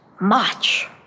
March